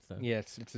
Yes